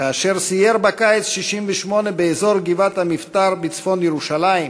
כאשר סייר בקיץ 1968 באזור גבעת-המבתר בצפון-ירושלים,